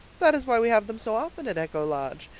that is why we have them so often at echo lodge.